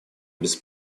без